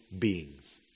beings